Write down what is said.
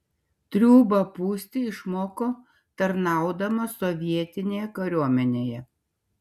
triūbą pūsti išmoko tarnaudamas sovietinėje kariuomenėje